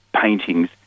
paintings